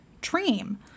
dream